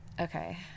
Okay